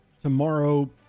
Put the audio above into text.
tomorrow